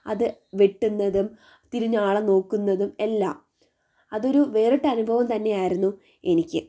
അത് വെട്ടുന്നതും തിരിഞ്ഞ് ആളെ നോക്കുന്നതും എല്ലാം അതൊരു വേറിട്ട അനുഭവം തന്നെ ആയിരുന്നു എനിക്ക്